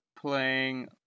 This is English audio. playing